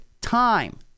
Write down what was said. time